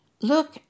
Look